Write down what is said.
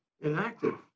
inactive